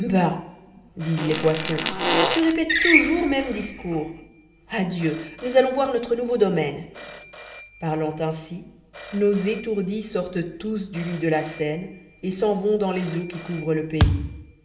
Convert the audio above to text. disent les poissons tu répètes toujours mêmes discours adieu nous allons voir notre nouveau domaine parlant ainsi nos étourdis sortent tous du lit do la seine et s'en vont dans les eaux qui couvrent le pays